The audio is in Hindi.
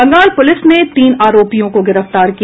बंगाल पुलिस ने तीन आरोपियों को गिरफ्तार किया